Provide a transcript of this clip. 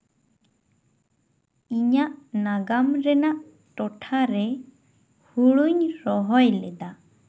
ᱤᱧᱟᱹᱜ ᱱᱟᱜᱟᱢ ᱨᱮᱱᱟᱜ ᱴᱚᱴᱷᱟᱨᱮ ᱦᱳᱲᱳᱧ ᱨᱚᱦᱚᱭ ᱞᱮᱫᱟ